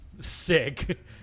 Sick